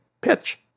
pitch